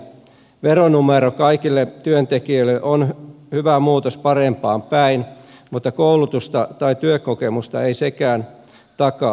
veronumero kaikille työntekijöille on hyvä muutos parempaan päin mutta koulutusta tai työkokemusta ei sekään takaa